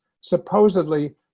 supposedly